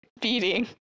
beating